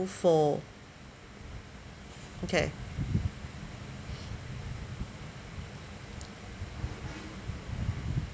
for okay